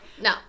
No